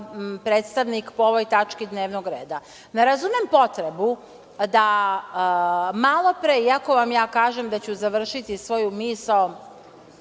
predstavnik po ovoj tački dnevnog reda. Ne razumem potrebu da malopre, iako vam ja kažem da ću završiti svoju misao